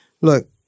look